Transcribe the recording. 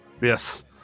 Yes